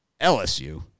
LSU